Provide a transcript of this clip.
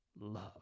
love